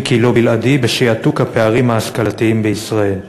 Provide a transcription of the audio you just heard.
אם כי לא בלעדי, בשעתוק הפערים ההשכלתיים בישראל.